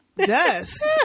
dust